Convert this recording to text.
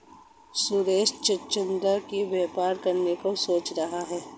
सुरेश चिचिण्डा का व्यापार करने की सोच रहा है